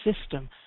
system